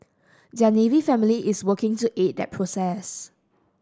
their navy family is working to aid that process